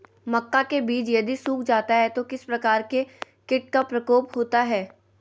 मक्का के बिज यदि सुख जाता है तो किस प्रकार के कीट का प्रकोप होता है?